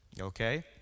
Okay